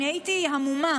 אני הייתי המומה,